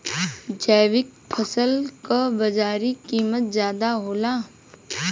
जैविक फसल क बाजारी कीमत ज्यादा होला